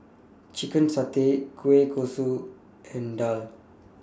Chicken Satay Kueh Kosui and Daal